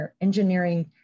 engineering